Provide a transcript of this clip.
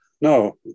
No